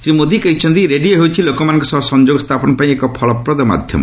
ଶ୍ରୀ ମୋଦି କହିଛନ୍ତି ରେଡ଼ିଓ ହେଉଛି ଲୋକମାନଙ୍କ ସହ ସଂଯୋଗ ସ୍ଥାପନ ପାଇଁ ଏକ ଫଳପ୍ରଦ ମାଧ୍ୟମ